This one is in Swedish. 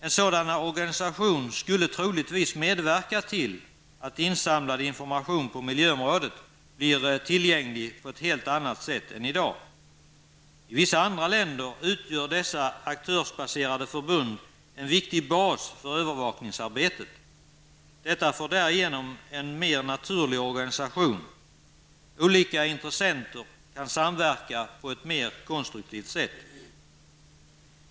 En sådan organisation skulle troligtvis medverka till att insamlad information på miljöområdet blir tillgänglig på ett helt annat sätt än i dag. I vissa andra länder utgör dessa aktörsbaserade förbund en viktig bas för övervakningsarbetet. Detta får därigenom en mer naturlig organisation. Olika intressenter kan samverka på ett mer konstruktivt sätt.